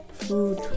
food